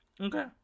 Okay